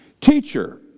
Teacher